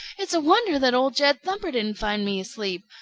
it's a wonder that old jed thumper didn't find me asleep.